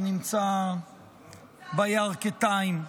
שנמצא בירכתיים,